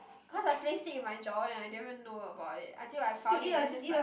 cause I placed it in my drawer and I didn't even know about it until I found it and it just like